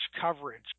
coverage